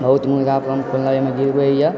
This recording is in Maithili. बहुत मुर्गा फॉर्म खोलने यऽ ओहिमे